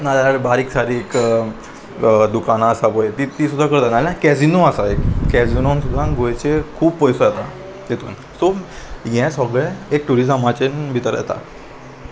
नाल्यार बारीक सारीक दुकानां आसा पळय ती ती सुद्दां करता नाल्यार कॅजिनो आसा एक कॅजिनोन सुद्दां गोंयचे खूब पयसो येता तेतून सो हे सगळे एक ट्युरिजमाचे भितर येता